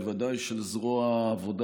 ובוודאי של זרוע העבודה